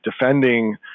defending